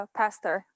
pastor